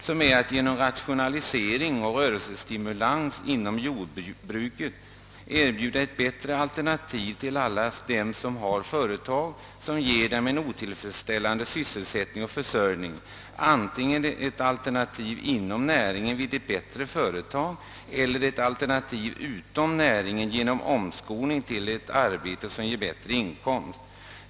Det är att genom rationalisering och rörelsestimulans inom jordbruket erbjuda ett bättre alternativ till alla dem som har företag som ger dem en otillfredsställande sysselsättning och försörjning, antingen inom näringen eller genom omskolning till ett arbete som ger bättre inkomst.